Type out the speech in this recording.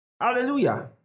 Hallelujah